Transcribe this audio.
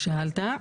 מה ששאלת.